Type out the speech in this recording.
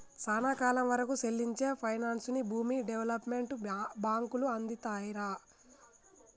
సానా కాలం వరకూ సెల్లించే పైనాన్సుని భూమి డెవలప్మెంట్ బాంకులు అందిత్తాయిరా